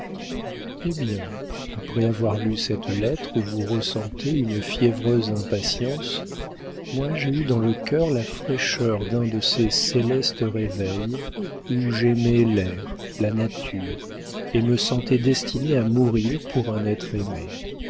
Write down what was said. eh bien après avoir lu cette lettre où vous ressentez une fiévreuse impatience moi j'ai eu dans le cœur la fraîcheur d'un de ces célestes réveils où j'aimais l'air la nature et me sentais destinée à mourir pour un être aimé